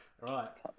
Right